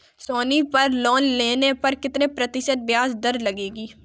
सोनी पर लोन लेने पर कितने प्रतिशत ब्याज दर लगेगी?